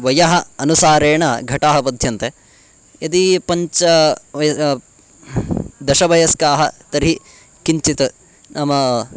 वयः अनुसारेण घटाः बध्यन्ते यदि पञ्च वयः दशवयस्काः तर्हि किञ्चित् नाम